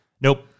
Nope